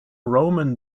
roman